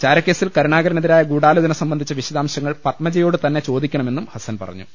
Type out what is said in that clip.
ചാരക്കേസിൽ കരുണാകരനെതിരായ ഗൂഢാലോചന സംബന്ധിച്ച വിശദാംശങ്ങൾ പത്മജയോട് തന്നെ ചോദിക്കണമെന്നും ഹസ്സൻ പറഞ്ഞു